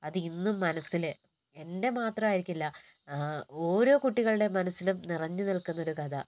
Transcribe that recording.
അതിന്നും മനസ്സിൽ എൻ്റെ മാത്രം ആയിരിക്കില്ല ഓരോ കുട്ടികളുടെ മനസ്സിലും നിറഞ്ഞു നിൽക്കുന്നൊരു കഥ